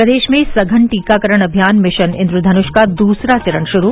प्रदेश में सघन टीकाकरण अभियान मिशन इन्द्रधनुष का दूसरा चरण शुरू